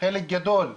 חלק גדול מהבעיות,